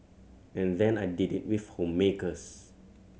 and then I did it with homemakers